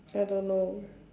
I don't know